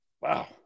Wow